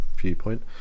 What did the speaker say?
viewpoint